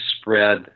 spread